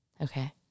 Okay